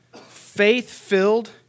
faith-filled